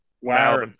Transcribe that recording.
wow